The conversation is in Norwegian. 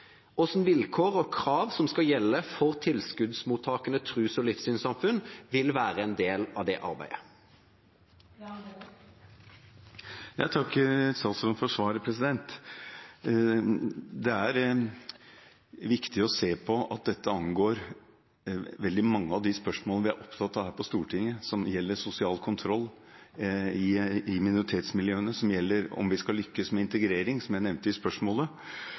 vilkår og krav som skal gjelde for tilskuddsmottakende tros- og livssynssamfunn, vil være en del av det arbeidet. Jeg takker statsråden for svaret. Det er viktig å se at dette angår veldig mange av de spørsmålene vi er opptatt av her på Stortinget, som gjelder sosial kontroll i minoritetsmiljøene, som gjelder om vi skal lykkes med integrering, som jeg nevnte i spørsmålet.